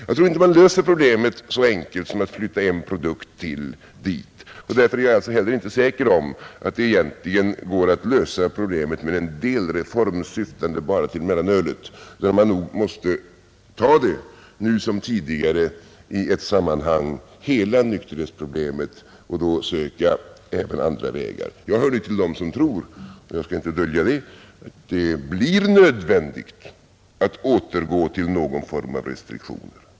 Jag tror inte att man löser problemet genom en så enkel åtgärd som att flytta ännu en produkt till Systembolaget, och därför är jag inte heller säker om att det egentligen går att lösa problemet med en delreform, gällande bara mellanölet. Nej, man måste nog — nu som tidigare — se hela nykterhetsproblemet i ett sammanhang och söka även andra vägar än denna. Jag hör nu till dem som tror — jag skall inte dölja det — att det blir nödvändigt att återgå till någon form av restriktioner.